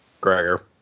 Gregor